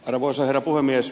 arvoisa herra puhemies